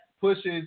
pushes